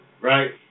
Right